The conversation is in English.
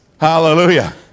Hallelujah